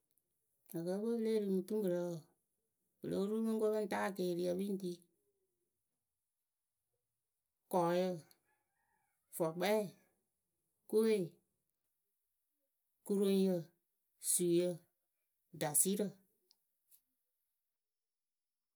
Akɛɛpǝ we pɨ lée ri mɨ dumurǝ wǝǝ pɨ lóo ru pɨ ŋ ko pɨ ŋ taa ekeeriyǝ pɨ ŋ ri kɔɔyǝ fɔkpɛɛ koe kuroŋyǝ suyǝ dasɩrǝ.